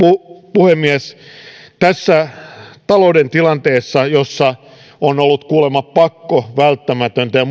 puhemies tässä talouden tilanteessa jossa on ollut kuulemma pakko välttämätöntä ja